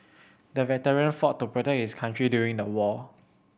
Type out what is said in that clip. the veteran fought to protect his country during the war